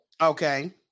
Okay